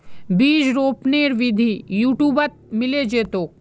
बीज रोपनेर विधि यूट्यूबत मिले जैतोक